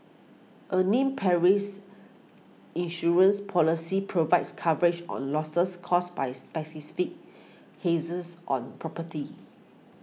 a named perils insurance policy provides coverage on losses caused by hazards on property